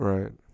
Right